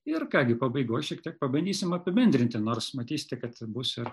ir ką gi pabaigoj šiek tiek pabandysim apibendrinti nors matysite kad bus ir